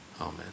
Amen